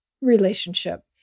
relationship